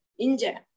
Inja